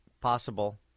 Possible